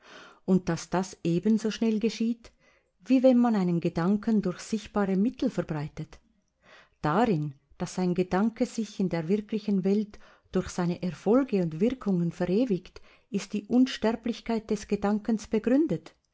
und daß das ebenso schnell geschieht wie man einen gedanken durch sichtbare mittel verbreitet darin daß ein gedanke sich in der wirklichen welt durch seine erfolge und wirkungen verewigt ist die unsterblichkeit des gedankens begründet